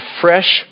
fresh